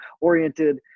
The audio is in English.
oriented